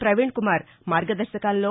Praveen Kumar మార్గదర్భకాల్లో